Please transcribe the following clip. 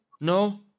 No